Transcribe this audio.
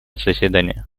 заседания